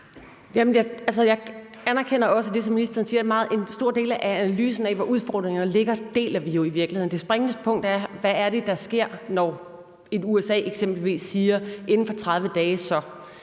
Jeg anerkender også det, som ministeren siger, og en stor del af analysen af, hvor udfordringerne ligger, deler vi jo i virkeligheden også. Det springende punkt er, hvad det er, der sker, når et USA eksempelvis siger, at »inden for 30 dage, så